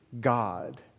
God